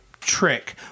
trick